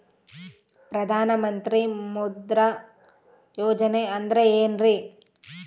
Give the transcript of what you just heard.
ಪ್ರಧಾನ ಮಂತ್ರಿ ಮುದ್ರಾ ಯೋಜನೆ ಅಂದ್ರೆ ಏನ್ರಿ?